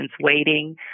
waiting